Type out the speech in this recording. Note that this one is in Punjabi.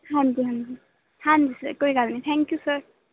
ਹਾਂਜੀ ਹਾਂਜੀ ਹਾਂਜੀ ਸਰ ਕੋਈ ਗੱਲ ਨਹੀਂ ਥੈਂਕ ਯੂ ਸਰ